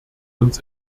uns